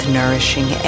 nourishing